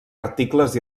articles